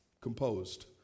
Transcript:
composed